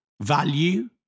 value